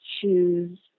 choose